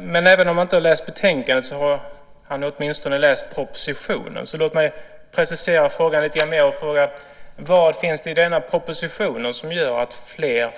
Men även om Lennart Gustavsson inte har läst betänkandet har han åtminstone läst propositionen. Låt mig precisera frågan lite mer och fråga: Vad finns det i den här propositionen som gör att fler